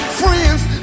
friends